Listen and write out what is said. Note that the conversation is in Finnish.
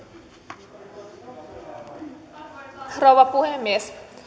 arvoisa rouva puhemies